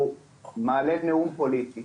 והוא מעלה נאום פוליטי